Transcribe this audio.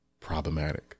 problematic